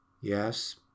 Yes